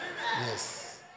Yes